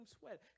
sweat